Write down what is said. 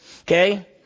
Okay